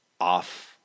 off